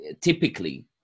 typically